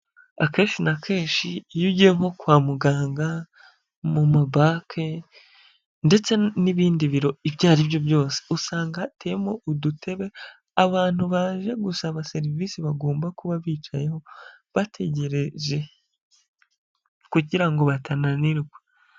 Akenshi na kenshi iyo ugiye nko kwa muganga, mu ma banki ndetse n'ibindi biro ibyo ari byo byose, usanga hateyemo udutebe abantu baje gusaba serivisi bagomba kuba bicayeho bategereje kugira ngo batananirwa.